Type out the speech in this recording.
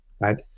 Right